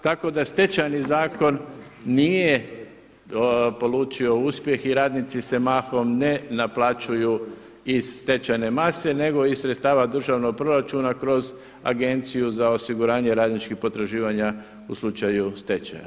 Tako da Stečajni zakon nije polučio uspjeh i radnici se mahom ne naplaćuju iz stečajne mase, nego iz sredstava državnog proračuna kroz Agenciju za osiguranje radničkih potraživanja u slučaju stečaja.